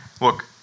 look